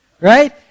Right